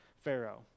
Pharaoh